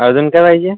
अजून काय पाहिजे